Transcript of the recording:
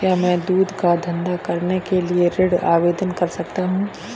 क्या मैं दूध का धंधा करने के लिए ऋण आवेदन कर सकता हूँ?